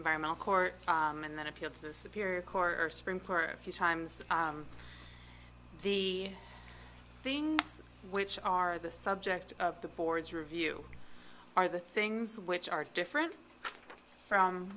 environmental court and then appealed to the superior court or spring for a few times the things which are the subject of the board's review are the things which are different from